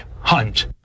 hunt